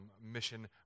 mission